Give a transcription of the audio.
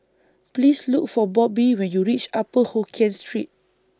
Please Look For Bobbie when YOU REACH Upper Hokkien Street